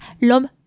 L'homme